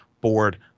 board